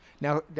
Now